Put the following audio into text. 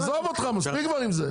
עזוב אותך, מספיק כבר עם זה.